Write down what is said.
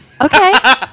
Okay